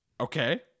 Okay